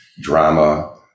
drama